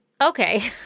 Okay